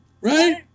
right